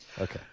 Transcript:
Okay